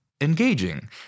engaging